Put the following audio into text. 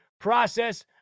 process